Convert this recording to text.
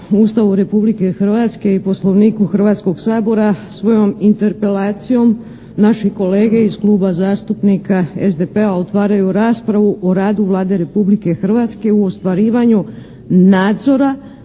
Ustavu Republike Hrvatske i Poslovniku Hrvatskog sabora svojom interpelacijom naši kolege iz Kluba zastupnika SDP-a otvaraju raspravu o radu Vlade Republike Hrvatske u ostvarivanju nadzora